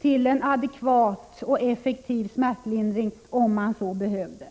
till en adekvat och effektiv smärtlindring om så behövdes.